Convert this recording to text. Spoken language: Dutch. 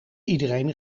iedereen